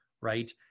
right